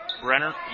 Brenner